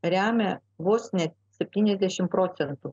remia vos ne septyniasdešimt procentų